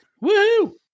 woo